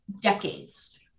decades